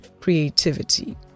creativity